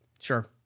Sure